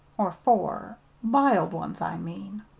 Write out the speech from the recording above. or four b'iled ones, i mean.